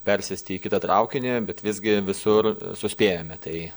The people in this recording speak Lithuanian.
persėsti į kitą traukinį bet visgi visur suspėjome tai